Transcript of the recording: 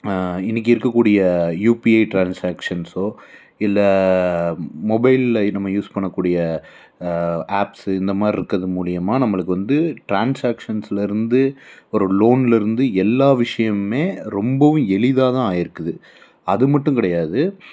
இன்றைக்கு இருக்கக்கூடிய யுபிஐ ட்ரான்சேக்சன்ஸோ இல்லை மொபைலில் நம்ம யூஸ் பண்ண கூடிய ஆப்ஸு இந்த மாதிரி இருக்கிறது மூலிமா நம்மளுக்கு வந்து ட்ரான்சேக்சன்ஸில் இருந்து ஒரு லோனில் இருந்து எல்லா விஷயமுமே ரொம்பவும் எளிதாக தான் ஆகிருக்குது அது மட்டும் கிடையாது